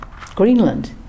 Greenland